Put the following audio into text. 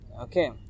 Okay